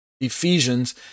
ephesians